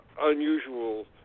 unusual